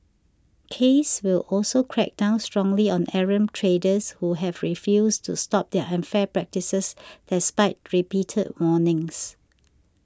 case will also crack down strongly on errant traders who have refused to stop their unfair practices despite repeated warnings